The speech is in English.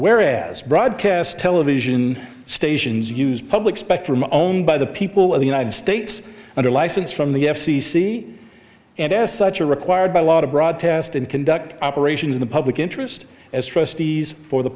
whereas broadcast television stations use public spectrum owned by the people of the united states under license from the f c c and as such are required by law to broadcast and conduct operations in the public interest as trustees for the